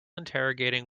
interrogating